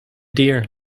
deer